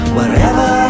Wherever